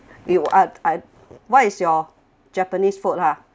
you are are what is your japanese food lah